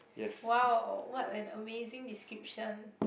!wow! what an amazing description